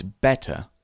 better